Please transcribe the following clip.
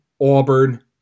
Auburn